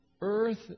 Earth